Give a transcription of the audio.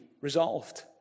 resolved